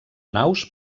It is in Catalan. naus